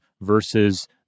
versus